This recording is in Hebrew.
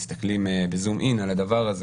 אם מסתכלים בזום-אין על הדבר הזה,